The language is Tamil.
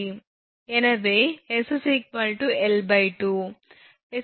எனவே s l2